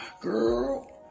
girl